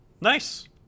Nice